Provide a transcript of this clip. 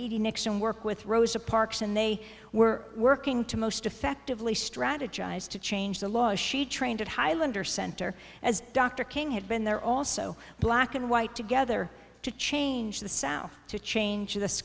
nixon work with rosa parks and they were working to most effectively strategize to change the laws she trained at highlander center as dr king had been there also black and white together to change the south to change this